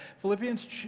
Philippians